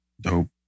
dope